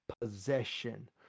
possession